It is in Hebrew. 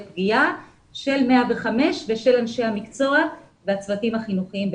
פגיעה של 105 ושל אנשי המקצוע והצוותים החינוכיים.